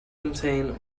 contain